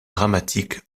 dramatique